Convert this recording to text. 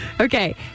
Okay